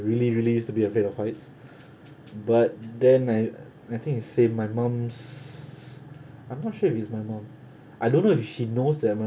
really really used to be afraid of heights but then I I think it saved my mum's I'm not sure if it's my mom I don't know if she knows that I'm